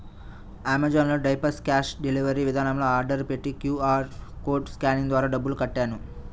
Amazon లో diapers cash delivery విధానంలో order పెట్టి క్యూ.ఆర్ కోడ్ స్కానింగ్ ద్వారా డబ్బులు కట్టాను